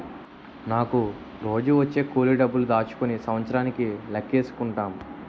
నాకు రోజూ వచ్చే కూలి డబ్బులు దాచుకుని సంవత్సరానికి లెక్కేసుకుంటాం